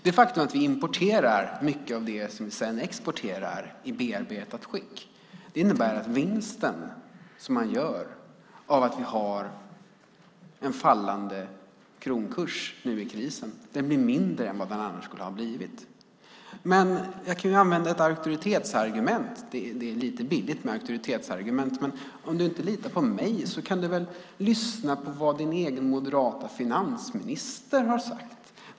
Det faktum att vi importerar mycket av det som vi sedan exporterar i bearbetat skick innebär att vinsten som man gör av att vi har en fallande kronkurs nu i krisen blir mindre än vad den annars skulle ha blivit. Jag kan ju använda ett auktoritetsargument, även om det är lite billigt med sådana. Men om du inte litar på mig kan du väl lyssna på vad din egen moderata finansminister har sagt.